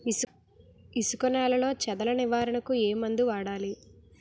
ఇసుక నేలలో చదల నివారణకు ఏ మందు వాడాలి?